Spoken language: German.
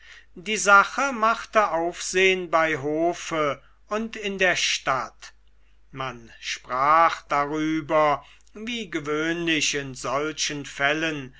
die sache machte aufsehn bei hofe und in der stadt man sprach darüber wie gewöhnlich in solchen fällen